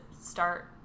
start